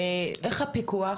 איך הפיקוח?